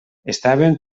estàvem